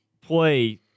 play